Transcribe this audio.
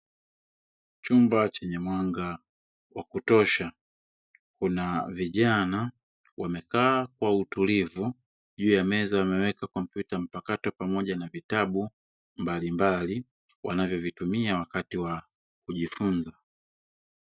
Chumba chenye mwanga wa kutosha, kuna vijana wamekaa kwa utulivu, juu ya meza wameweka kompyuta mpakato, pamoja na vitabu mbalimbali wanavyovitumia wakati wa kujifunza.